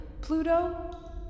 Pluto